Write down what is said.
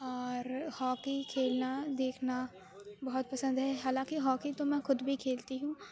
اور ہاکی کھیلنا دیکھنا بہت پسند ہے حالانکہ ہاکی تو میں خود بھی کھیلتی ہوں